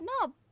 No